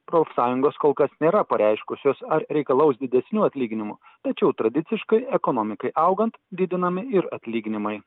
profsąjungos kol kas nėra pareiškusios ar reikalaus didesnių atlyginimų tačiau tradiciškai ekonomikai augant didinami ir atlyginimai